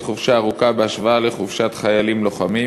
חופשה ארוכה בהשוואה לחופשת חיילים לוחמים?